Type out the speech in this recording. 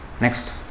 next